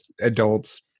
adults